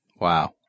Wow